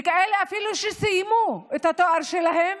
ואפילו כאלה שסיימו את התואר שלהם,